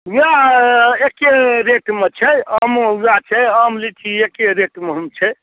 वएह एके रेटमे छै आमो वएह छै आम लीची एके रेटमे हम छै